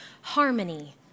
harmony